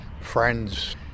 friends